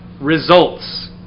results